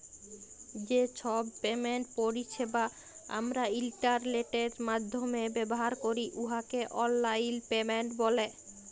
যে ছব পেমেন্ট পরিছেবা আমরা ইলটারলেটের মাইধ্যমে ব্যাভার ক্যরি উয়াকে অললাইল পেমেল্ট ব্যলে